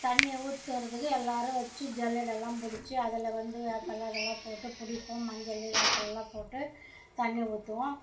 தண்ணி ஊற்றுறதுக்கு எல்லாேரும் வச்சு ஜல்லடெலாம் பிடிச்சி அதில் வந்து வேப்பில அதெலாம் போட்டு பிடிப்போம் மஞ்சள் வேப்பெல்லாம் போட்டு தண்ணி ஊற்றுவோம்